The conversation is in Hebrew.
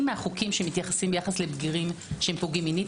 מהחוקים שמתייחסים לבגירים שפוגעים מינית.